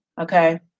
okay